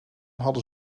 hadden